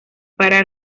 para